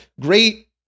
great